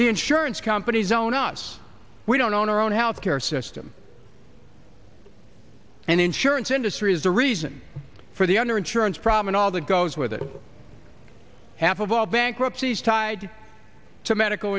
the insurance companies own us we don't own our own health care system and insurance industry is the reason for the under insurance problem and all that goes with it half of all bankruptcies tied to medical